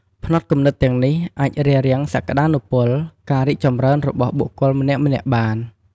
ផ្នត់គំនិតទាំងនេះអាចរារាំងសក្ដានុពល ការរីចចម្រើនរបស់បុគ្គលម្នាក់ៗបាន។